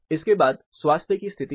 इसके बाद स्वास्थ्य की स्थिति है